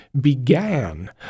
began